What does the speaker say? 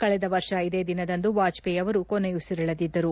ಕಳೆದ ವರ್ಷ ಇದೇ ದಿನದಂದು ವಾಜಪೇಯಿ ಕೊನೆಯುಸಿರೆಳೆದಿದ್ದರು